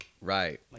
Right